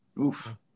Oof